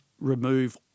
remove